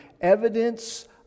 evidence